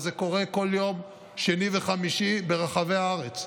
אבל זה קורה בכל שני וחמישי ברחבי הארץ.